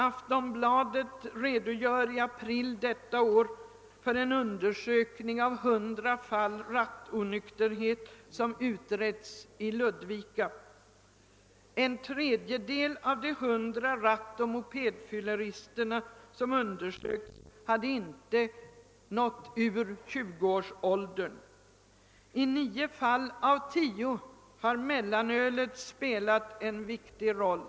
Aftonbladet redogjorde i april detta år för en undersökning av 100 fall av rattonykterhet som utretts i Ludvika. En tredjedel av de 100 rattoch mopedfylleristerna som undersökts hade inte kommit ur 20-årsåldern. I nio fall av tio hade mellanölet spelat en viktig roll.